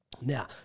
Now